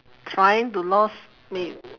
trying to lost may